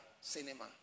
Cinema